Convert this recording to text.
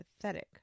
pathetic